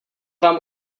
vám